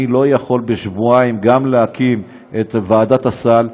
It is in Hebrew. אני לא יכול בשבועיים גם להקים את ועדת הסל,